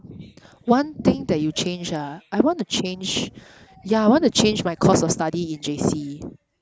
one thing that you change ah I want to change ya I want to change my course of study in J_C